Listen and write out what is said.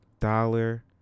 dollar